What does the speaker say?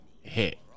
hit